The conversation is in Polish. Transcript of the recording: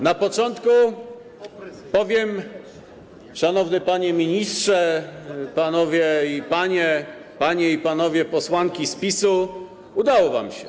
Na początku powiem tak: szanowny panie ministrze, panowie i panie, panie i panowie posłanki z PiS-u, udało wam się.